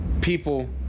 people